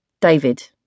David